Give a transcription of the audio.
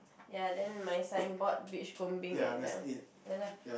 ya then my signboard beach and err ya lah